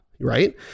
Right